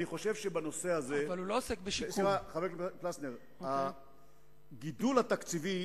אני חושב שבנושא הזה הגידול התקציבי